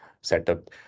setup